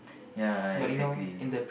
ya exactly